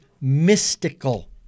mystical